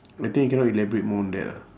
I think I cannot elaborate more on that ah